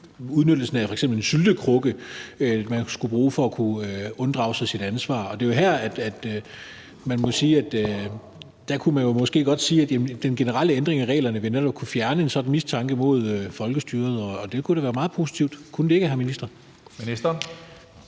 bruge det som en syltekrukke til at kunne unddrage sig sit ansvar. Det er jo her, at man måske godt kunne sige, at den generelle ændring af reglerne netop ville kunne fjerne en sådan mistanke mod folkestyret, og det kunne da være meget positivt. Kunne det ikke det, hr. minister?